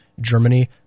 Germany